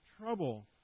trouble